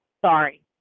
Sorry